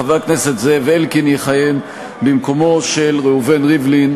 חבר הכנסת זאב אלקין יכהן במקום ראובן ריבלין,